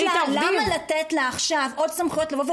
לא ניתן לבית המשפט העליון להתערב ולהכריע בענייניכם.